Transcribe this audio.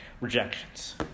rejections